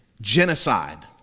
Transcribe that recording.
genocide